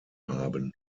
haben